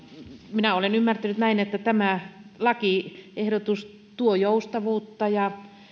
minä olen ymmärtänyt näin että tämä lakiehdotus tuo joustavuutta ja